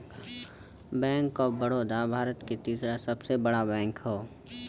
bank of Baroda Bharat के तीसरा सबसे बड़ा बैंक हौ